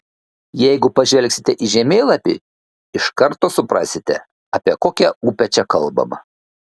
jeigu pažvelgsite į žemėlapį iš karto suprasite apie kokią upę čia kalbama